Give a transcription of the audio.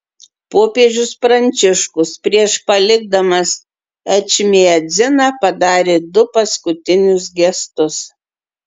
popiežius pranciškus prieš palikdamas ečmiadziną padarė du paskutinius gestus